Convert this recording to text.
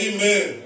Amen